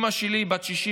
אימא שלי היא בת 69,